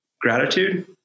gratitude